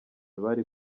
bari